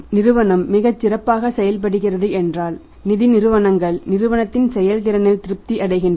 நிறுவனம் மிகச் சிறப்பாக செயல்படுகிறது என்றால் நிதி நிறுவனங்கள் நிறுவனத்தின் செயல்திறனில் திருப்தி அடைகின்றன